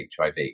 HIV